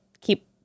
keep